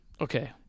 Okay